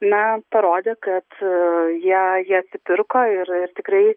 na parodė kad jie jie atsipirko ir ir tikrai